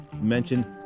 mentioned